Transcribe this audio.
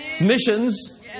missions